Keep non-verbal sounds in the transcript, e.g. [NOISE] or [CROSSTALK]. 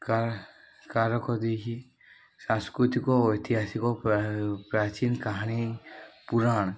[UNINTELLIGIBLE] କାରକ ଦେଇକି ସାଂସ୍କୃତିକ ଐତିହାସିକ ପ୍ରାଚୀନ କାହାଣୀ ପୁରାଣ